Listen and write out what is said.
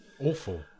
awful